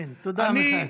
תודה, מיכאל.